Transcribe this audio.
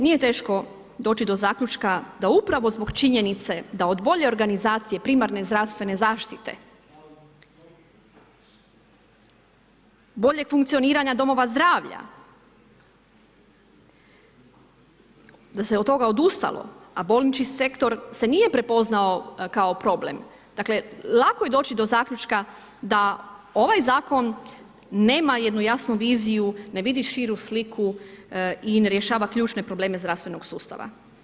Nije teško doći do zaključka da upravo zbog činjenice da od bolje organizacije primarne zdravstvene zaštite, boljeg funkcioniranja domova zdravlja, da se od toga odustalo, a bolnički sektor se nije prepoznao kao problem. dakle lako je doći do zaključka da ovaj zakon nema jednu jasnu viziju, ne vidi širu sliku i ne rješava ključne probleme zdravstvenog sustava.